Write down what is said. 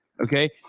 okay